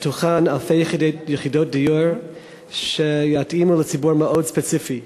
ובתוכן אלפי יחידות דיור שיתאימו לציבור מאוד ספציפי.